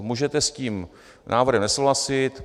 Můžete s tím návrhem nesouhlasit.